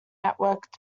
networked